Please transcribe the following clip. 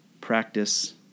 Practice